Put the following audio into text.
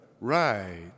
Right